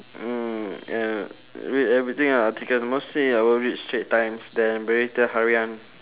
mm uh read everything ah articles mostly I will read straits times then berita harian